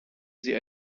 sie